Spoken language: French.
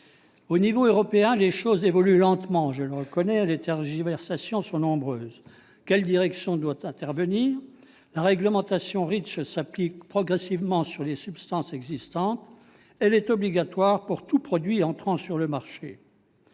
je le reconnais, les choses évoluent lentement et les tergiversations sont nombreuses. Quelle direction doit intervenir ? La réglementation REACH, pour, s'applique progressivement sur les substances existantes ; elle est obligatoire pour tout produit entrant sur le marché.